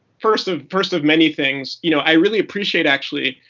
first of first of many things, you know i really appreciate, actually,